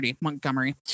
montgomery